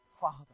Father